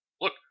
look